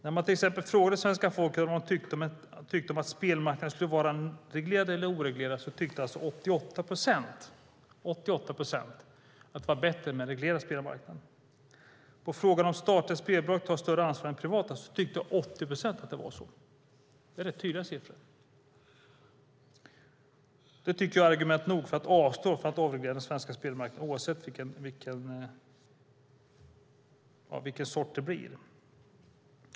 När man till exempel frågade svenska folket vad de tyckte om att spelmarknaden skulle vara reglerad eller oreglerad tyckte inte mindre än 88 procent att det var bättre med en reglerad spelmarknad. På frågan om statliga spelbolag tar större ansvar än privata tyckte 80 procent att det var så. Det är rätt tydliga siffror och argument nog för att avstå från att avreglera den svenska spelmarknaden, oavsett vilken sort det blir.